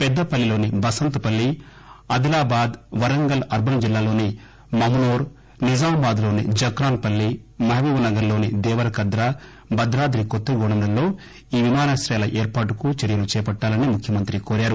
పెద్దపల్లిలోని Basantpalli Adilabad Warangal urban జిల్లాలోని Mamnoor Nizamabad లోని Jakranpally Mahabubnagar లోని దేవరకద్రా భద్రాద్రి కొత్తగూడెం లలో ఈ విమానాశ్రయాల ఏర్పాటుకు చర్యలు చేపట్టాలని ముఖ్యమంత్రి కోరారు